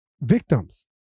victims